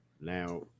now